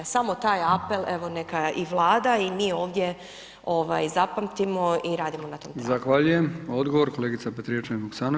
Samo taj apel evo, neka i Vlada i mi ovdje zapamtimo i radimo na tome.